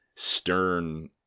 Stern